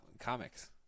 comics